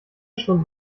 stunden